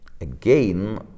Again